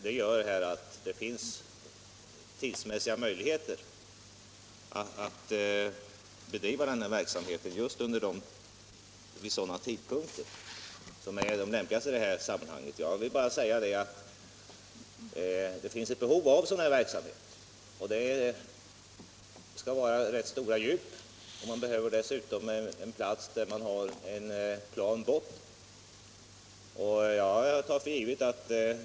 Det finns alltså tidsmässiga möjligheter att bedriva denna verksamhet vid de tidpunkter som är lämpligast. Det finns ett behov av sådan här verksamhet. För ändamålet krävs rätt stora djup och dessutom plan botten.